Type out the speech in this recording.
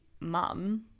mum